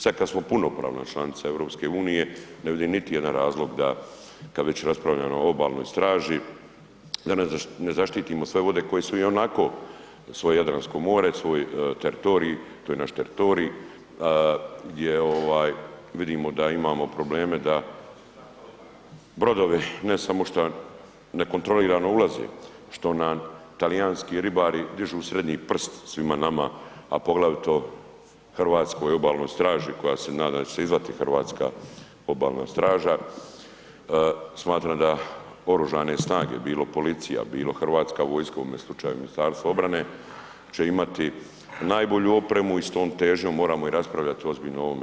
Sad kad smo punopravna članica EU ne vidim niti jedan razlog da, kad već raspravljamo o obalnoj straži da ne zaštitimo sve vode koje su ionako, svoje Jadransko more, svoj teritorij, to je naš teritorij, gdje ovaj vidimo da imamo probleme da brodovi ne samo što nekontrolirano ulaze, što nam Talijanski ribari dižu srednji prst svima nama, a poglavito Hrvatskoj obalnoj straži koja se nadam da će se i zvati Hrvatska obalna straža, smatram da Oružane snage, bilo policija, bilo Hrvatska vojska u ovom slučaju Ministarstvo obrane će imati najbolju opremu i s tom težnjom moramo i raspravljati ozbiljno o ovome.